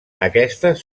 aquestes